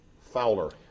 Fowler